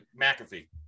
McAfee